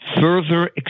further